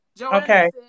Okay